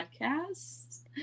Podcasts